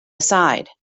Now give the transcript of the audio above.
aside